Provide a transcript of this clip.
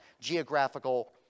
geographical